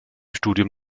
studium